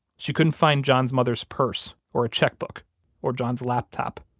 she couldn't find john's mother's purse or a checkbook or john's laptop,